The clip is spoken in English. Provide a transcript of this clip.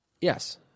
yes